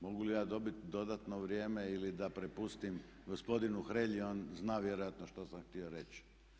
Mogu li ja dobiti dodatno vrijeme ili da prepustim gospodinu Hrelji on zna vjerojatno što sam htio reći?